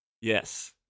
Yes